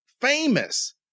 famous